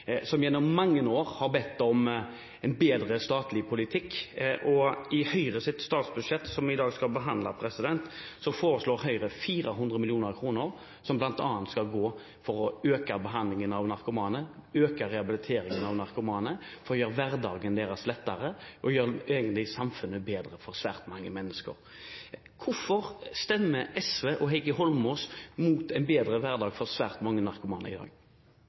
som gjennom mange år har bedt om en bedre statlig politikk. I Høyres statsbudsjett, som vi i dag skal behandle, foreslår Høyre at 400 mill. kr bl.a. skal gå til å øke behandlingen av narkomane, øke rehabiliteringen av narkomane, for å gjøre hverdagen deres lettere og gjøre samfunnet bedre for svært mange mennesker. Hvorfor stemmer SV og Heikki Holmås mot en bedre hverdag for svært mange narkomane i dag?